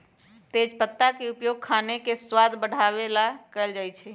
तेजपत्ता के उपयोग खाने के स्वाद बढ़ावे ला कइल जा हई